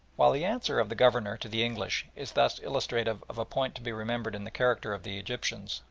while the answer of the governor to the english is thus illustrative of a point to be remembered in the character of the egyptians,